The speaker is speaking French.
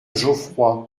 geoffroy